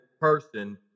person